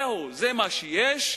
זהו, זה מה שיש,